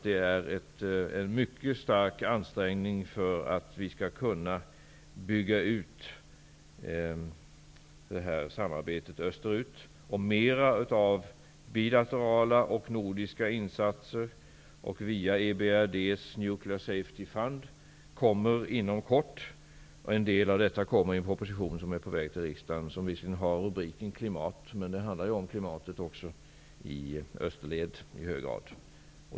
Det sker en mycket stark ansträngning för att vi skall kunna bygga ut detta samarbete österut via fler bilaterala och nordiska insatser. Fler insatser via EBRD:s Nuclear Safety Fund kommer inom kort. En del förslag kommer i en proposition som är på väg till riksdagen. Den har visserligen rubriken klimat, men det handlar ju också i hög grad om klimatet i österled.